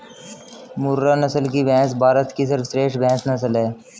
मुर्रा नस्ल की भैंस भारत की सर्वश्रेष्ठ भैंस नस्ल है